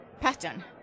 pattern